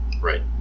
Right